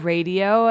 Radio